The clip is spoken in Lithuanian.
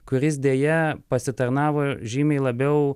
kuris deja pasitarnavo žymiai labiau